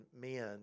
men